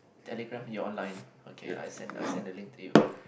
Telegram you're online okay I send I send the link to you